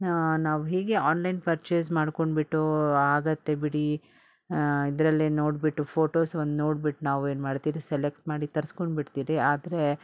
ನಾವು ಹೀಗೆ online purchase ಮಾಡಿಕೊಂಡ್ಬಿಟ್ಟು ಆಗತ್ತೆ ಬಿಡಿ ಇದರಲ್ಲೇ ನೋಡಿಬಿಟ್ಟು ಫೋಟೋಸ್ ಒಂದು ನೋಡ್ಬಿಟ್ಟು ನಾವು ಏನು ಮಾಡ್ತೀರಿ ಸೆಲೆಕ್ಟ್ ಮಾಡಿ ತರಿಸ್ಕೊಂಡ್ಬಿಡ್ತಿರಿ ಆದರೆ